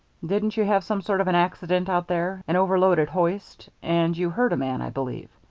didn't you have some sort of an accident out there? an overloaded hoist? and you hurt a man, i believe.